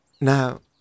Now